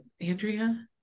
andrea